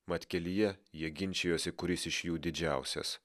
mat kelyje jie ginčijosi kuris iš jų didžiausias